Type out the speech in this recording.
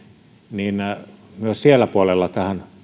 niin myös sillä puolella tähän